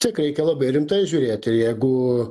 tiek reikia labai rimtai žiūrėt ir jeigu